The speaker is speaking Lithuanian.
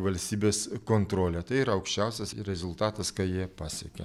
valstybės kontrole tai yra aukščiausias rezultatas ką jie pasiekė